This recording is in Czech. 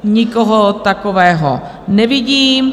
Nikoho takového nevidím.